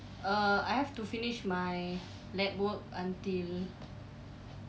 uh I have to finish my lab work until